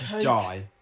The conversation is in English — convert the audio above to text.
Die